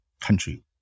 country